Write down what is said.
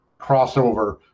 crossover